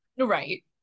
right